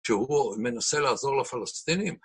שהוא מנסה לעזור לפלסטינים.